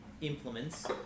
implements